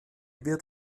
wird